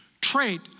trait